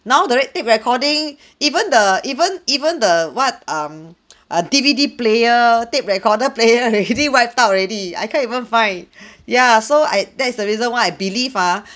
now the red tape recording even the even even the what um err D_V_D player tape recorder player already wiped out already I can't even find ya so I that is the reason why I believe ah